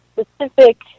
specific